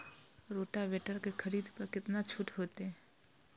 Rotavator के खरीद पर केतना छूट होते?